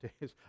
days